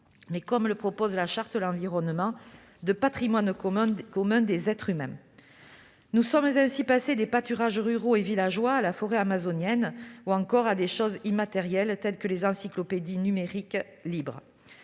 mais, comme le propose la Charte de l'environnement, de « patrimoine commun des êtres humains ». Nous sommes ainsi passés des pâturages ruraux et villageois à la forêt amazonienne ou encore à des choses immatérielles telles que les encyclopédies numériques libres.